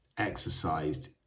exercised